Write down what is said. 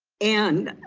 and,